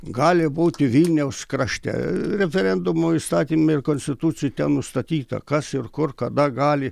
gali būti vilniaus krašte referendumo įstatyme ir konstitucijoj ten nustatyta kas ir kur kada gali